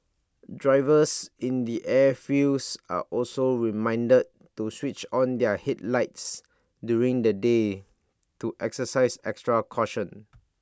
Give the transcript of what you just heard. drivers in the airfields are also reminded to switch on their headlights during the day to exercise extra caution